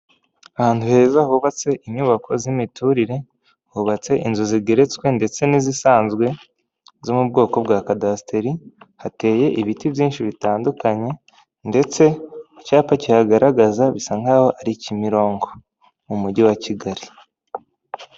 Ahantu heza hubatse inyubako z'imiturire hubatse inzu zigeretswe ndetse n'izisanzwe zo mu bwoko bwa Kadasteri, hateye ibiti byinshi bitandukanye ndetse icyapa cyagaragaza bisa nk'aho ari Kimirongo mu mujyi wa Kigali.